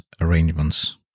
arrangements